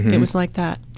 it was like that.